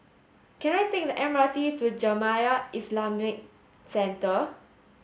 can I take the M R T to Jamiyah Islamic Centre